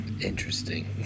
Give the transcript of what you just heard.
interesting